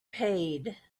paid